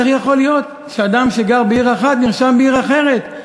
איך יכול להיות שאדם שגר בעיר אחת נרשם בעיר אחרת,